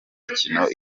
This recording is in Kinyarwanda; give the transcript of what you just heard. mikino